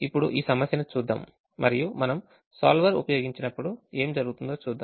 ఇప్పుడు ఈ సమస్యను చూద్దాం మరియు మనం సోల్వర్ ఉపయోగించినప్పుడు ఏమి జరుగుతుందో చూద్దాం